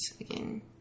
again